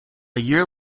year